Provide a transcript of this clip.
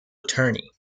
attorney